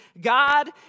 God